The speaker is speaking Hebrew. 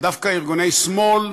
דווקא ארגוני שמאל,